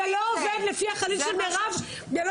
זה לא עובד לפי החליל של מירב ולא